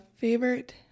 favorite